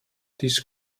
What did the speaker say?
this